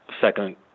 second